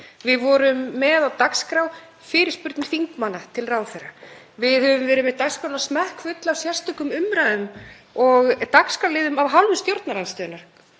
Við vorum með á dagskrá fyrirspurnir þingmanna til ráðherra. Við höfum verið með dagskrána smekkfulla af sérstökum umræðum og dagskrárliðum af hálfu stjórnarandstöðunnar.